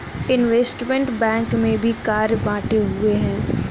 investment bank में भी कार्य बंटे हुए हैं